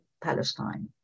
Palestine